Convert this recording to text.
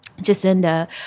Jacinda